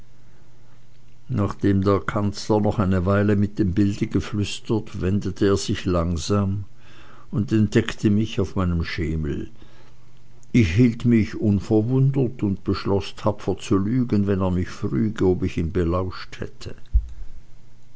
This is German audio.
nachdem der kanzler noch eine weile mit dem bilde geflüstert wendete er sich langsam und entdeckte mich auf meinem schemel ich hielt mich unverwundert und beschloß tapfer zu lügen wenn er mich früge ob ich ihn belauscht hätte